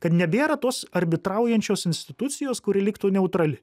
kad nebėra tos arbitraujančios institucijos kuri liktų neutrali